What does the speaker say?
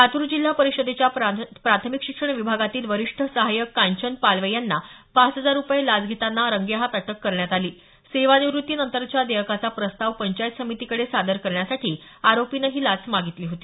लातूर जिल्हा परिषदेच्या प्राथमिक शिक्षण विभागातील वरिष्ठ सहायक कांचन पालवे याना पाच हजार रुपये लाच घेताना रंगेहाथ अटक करण्यात आली सेवानिवृत्तीनंतरच्या देयकाचा प्रस्ताव पंचायत समितीकडे सादर करण्यासाठी आरोपीने लाच मागितली होती